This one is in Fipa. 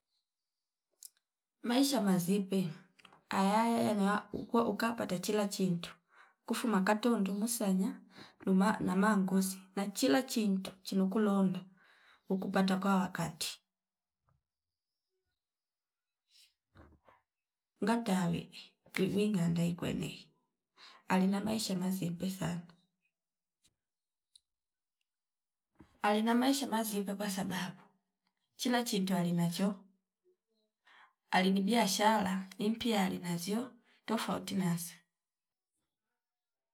Masiha mazipe ayaya noya uko ukapata chila chintu kufuma katondo musanya nduyma na mangozi nachila chintu chino kulonda uku pata kwa wakati. Ngata awiwi vwiwi nganda ikwenei ali na maisha mazimpe sana, ali na maisha mazipe kwasababu chila chinto ali nacho ali ni biashara impia ali nazio tafouti nazo